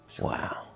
Wow